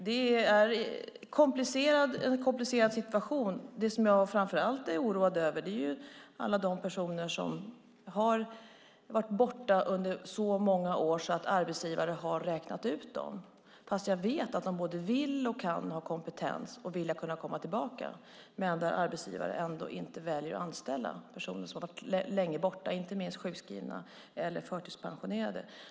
Det är en komplicerad situation. Det som jag framför allt är oroad över är alla de personer som har varit borta under så många år så att arbetsgivare har räknat ut dem fast jag vet att dessa personer både vill och kan ha kompetens för att komma tillbaka. Men arbetsgivare väljer ändå att inte anställa personer som har varit borta länge, inte minst sjukskrivna eller förtidspensionerade.